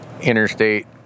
Interstate